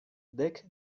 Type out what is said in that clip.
dek